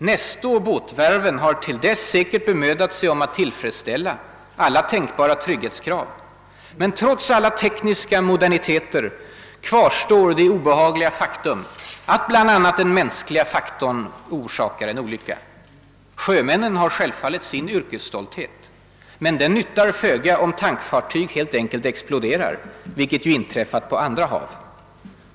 Neste och båtvarven har till dess säkert bemödat sig om att tillfredsställa alla tänkbara trygghetskrav, men trots alla tekniska moderniteter kvarstår det obehagliga faktum att bl.a. den mänskliga faktorn förorsakar en olycka. Sjömännen har självfallet sin yrkesstolthet men den nyttar föga om tankfartyg helt enkelt exploderar, vilket ju inträffat på andra hav.